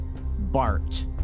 Bart